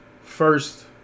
first